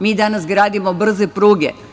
Mi danas gradimo brze pruge.